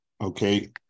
okay